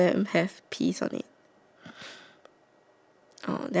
then after that there's three chicken white chicken